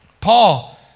Paul